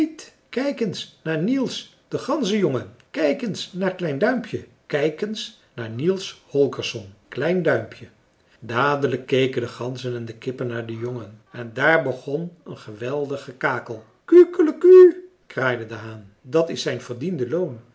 kijk eens naar niels den ganzenjongen kijk eens naar klein duimpje kijk eens naar niels holgersson klein duimpje dadelijk keken de ganzen en de kippen naar den jongen en daar begon een geweldig gekakel kukeleku kraaide de haan dat is zijn verdiende loon